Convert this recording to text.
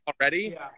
already